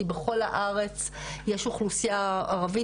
כי בכל הארץ יש אוכלוסייה ערבית,